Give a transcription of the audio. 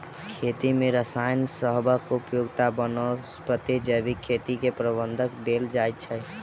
खेती मे रसायन सबहक उपयोगक बनस्पैत जैविक खेती केँ प्रधानता देल जाइ छै